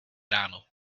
ráno